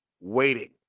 waiting